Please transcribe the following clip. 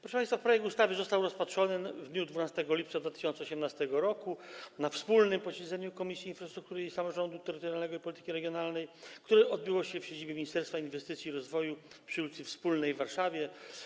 Proszę państwa, projekt ustawy został rozpatrzony w dniu 12 lipca 2018 r. na wspólnym posiedzeniu Komisji Infrastruktury i Komisji Samorządu Terytorialnego i Polityki Regionalnej, które odbyło się w siedzibie Ministerstwa Inwestycji i Rozwoju przy ul. Wspólnej w Warszawie.